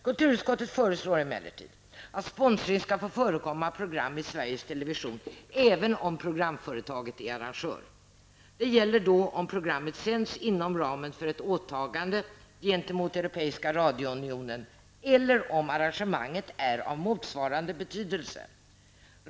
Kulturutskottet föreslår emellertid att sponsring skall få förekomma av program i Sveriges Television även om programföretaget är arrangör. Det gäller då om programmet sänds inom ramen för ett åtagande gentemot Europeiska radiounionen eller om arrangemanget är av motsvarande betydelse.